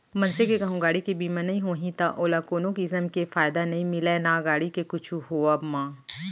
मनसे के कहूँ गाड़ी के बीमा नइ होही त ओला कोनो किसम के फायदा नइ मिलय ना गाड़ी के कुछु होवब म